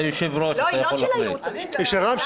היא לא של הייעוץ המשפטי,